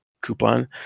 coupon